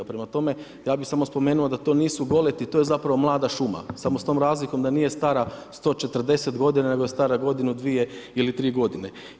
Prema tome ja bi samo spomenuo da to nisu goleti, to je zapravo mlada šuma samo s tom razlikom da nije stara 140 godina nego je stara godinu, dvije ili tri godine.